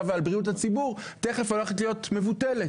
ועל בריאות הציבור תיכף הולכת להיות מבוטלת.